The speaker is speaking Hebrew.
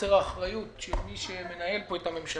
חוסר אחריות של מי שמנהל פה את הממשלה.